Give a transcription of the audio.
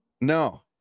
No